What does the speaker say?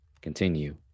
continue